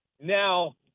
now